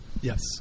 Yes